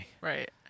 Right